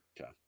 Okay